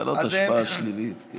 בעלות השפעה שלילית.